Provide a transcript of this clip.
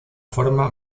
forma